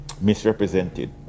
misrepresented